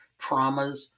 traumas